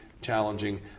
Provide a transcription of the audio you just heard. challenging